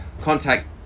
contact